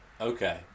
Okay